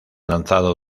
lanzado